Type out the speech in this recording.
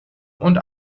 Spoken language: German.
und